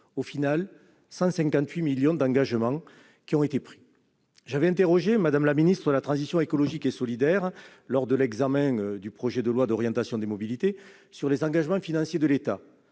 Au final, 158 millions d'euros d'engagement ont été pris. J'avais interrogé Mme la ministre de la transition écologique et solidaire lors de l'examen du projet de loi d'orientation des mobilités sur les engagements financiers de l'État.